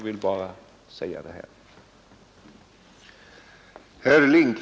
Jag har inget yrkande.